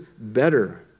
better